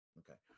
okay